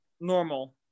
normal